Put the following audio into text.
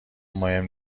مهم